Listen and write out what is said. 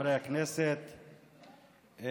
הכנסת,